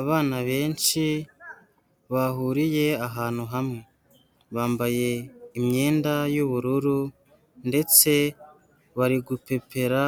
Abana benshi bahuriye ahantu hamwe, bambaye imyenda y'ubururu ndetse bari gupepera